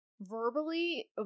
verbally